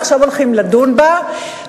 ועכשיו הולכים לדון בה,